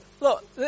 Look